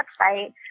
website